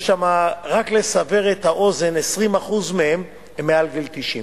ורק לסבר את האוזן, 20% מהם מעל גיל 90,